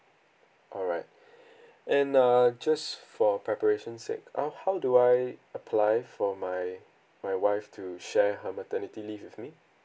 alright and err just for preparation sake uh how do I apply for my my wife to share her maternity leave with me